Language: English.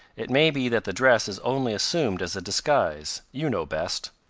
it may be that the dress is only assumed as a disguise you know best.